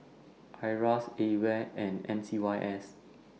IRAS AWARE and M C Y S